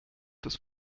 des